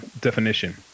definition